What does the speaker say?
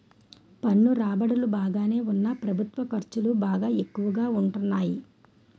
పన్ను రాబడులు బాగానే ఉన్నా ప్రభుత్వ ఖర్చులు బాగా ఎక్కువగా ఉంటాన్నాయి